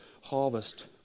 harvest